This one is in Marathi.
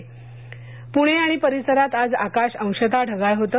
हवामान पूणे आणि परिसरात आज आकाश अंशतः ढगाळ होत